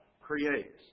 creates